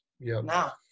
now